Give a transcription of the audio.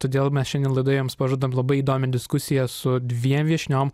todėl mes šiandien laidoje jums pažadam labai įdomią diskusiją su dviem viešniom